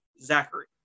zachary